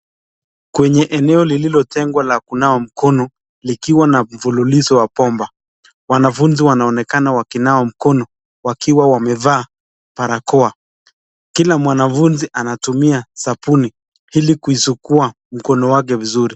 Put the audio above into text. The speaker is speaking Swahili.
Kwenye eneo lilio tengwa la kunawa mkono, likiwa na mfululizo wa bomba. Wanafunzi wanaonekana wakinawa mkono wakiwa wamevaa barakoa ,kila mwanafunzi anatumia sabuni ili kuisugua mkono wake vizuri.